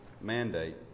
mandate